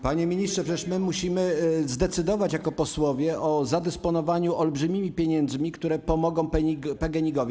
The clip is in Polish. Panie ministrze, przecież my musimy zdecydować jako posłowie o zadysponowaniu olbrzymimi pieniędzmi, które pomogą PGNiG.